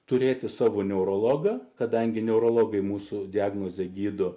turėti savo neurologą kadangi neurologai mūsų diagnozė gydo